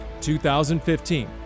2015